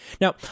Now